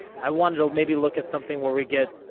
i wonder if maybe look at something where we get.